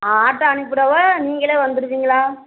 auto அனுப்பிவுடவா நீங்களே வந்துடுவீங்களா